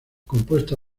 compuesta